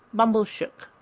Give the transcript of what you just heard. bumbleshook